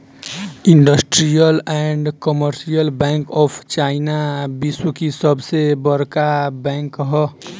industrial and commercial bank of China विश्व की सबसे बड़का बैंक ह